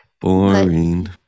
boring